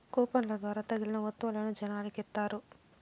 కూపన్ల ద్వారా తగిలిన వత్తువులను జనాలకి ఇత్తారు